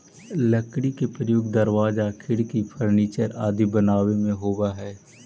लकड़ी के प्रयोग दरवाजा, खिड़की, फर्नीचर आदि बनावे में होवऽ हइ